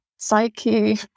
psyche